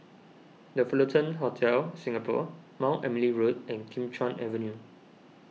the Fullerton Hotel Singapore Mount Emily Road and Kim Chuan Avenue